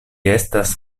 estas